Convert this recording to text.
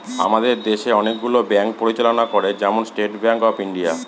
আমাদের দেশে অনেকগুলো ব্যাঙ্ক পরিচালনা করে, যেমন স্টেট ব্যাঙ্ক অফ ইন্ডিয়া